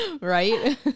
Right